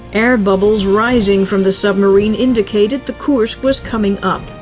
air bubbles rising from the submarine indicated the kursk was coming up.